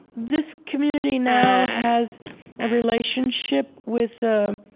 this community now has a relationship with the